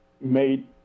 made